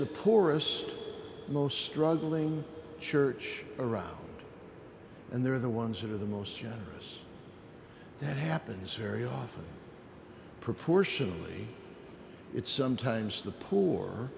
the poorest most struggling church around and they're the ones that are the most generous that happens very often proportionately it's sometimes the poor